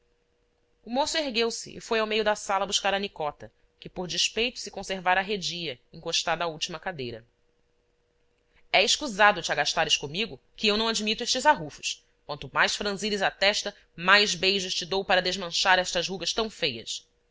o moço ergueu-se e foi ao meio da sala buscar a nicota que por despeito se conservara arredia encostada à última cadeira é escusado te agastares comigo que eu não admito estes arrufos quanto mais franzires a testa mais beijos te dou para desmanchar estas rugas tão feias